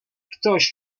ktoś